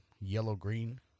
yellow-green